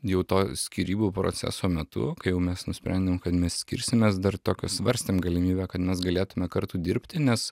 jau to skyrybų proceso metu kai jau mes nusprendėm kad mes skirsimės dar tokio svarstėm galimybę kad mes galėtume kartu dirbti nes